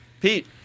Pete